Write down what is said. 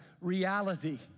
reality